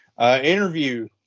Interview